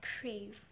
crave